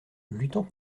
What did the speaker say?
luttant